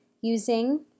using